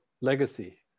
legacy